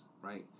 right